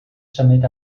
symud